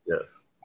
Yes